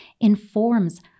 informs